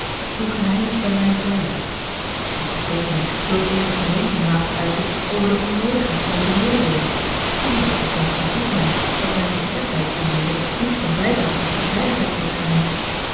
uw geheim is bij mij veilig maar vergeef mij zoo ik eenige verwondering waag te uiten over de onnoodigheid van deze mededeeling u moet toch althans gevoeld hebben dat mijne bekendheid ermede niet kon bijdragen tot de veiligheid van dat geheim